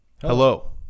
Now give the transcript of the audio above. Hello